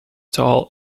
tall